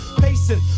Pacing